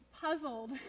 puzzled